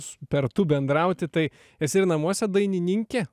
super tu bendrauti tai esi ir namuose dainininkė